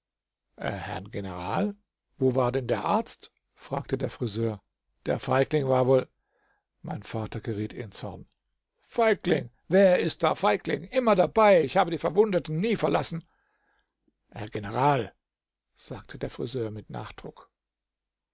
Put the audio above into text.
herrn general wo war denn der arzt fragte der friseur der feigling war wohl mein vater geriet in zorn feigling wer ist da feigling immer dabei ich habe die verwundeten nie verlassen herr general sagte der friseur mit nachdruck